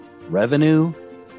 Revenue